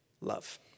love